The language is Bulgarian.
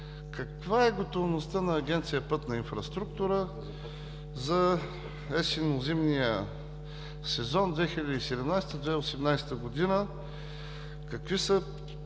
каква е готовността на Агенция „Пътна инфраструктура” за есенно-зимния сезон 2017 – 2018 г.? Какви са